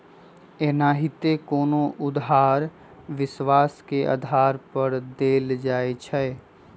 एनाहिते कोनो उधार विश्वास के आधार पर देल जाइ छइ